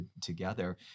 together